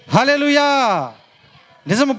Hallelujah